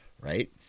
right